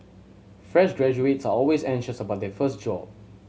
fresh graduates are always anxious about their first job